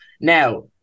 Now